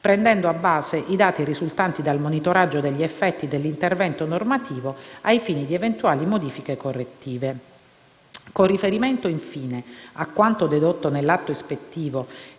prendendo a base i dati risultanti dal monitoraggio degli effetti dell'intervento normativo ai fini di eventuali modifiche correttive. Con specifico riferimento, infine, a quanto dedotto nell'atto ispettivo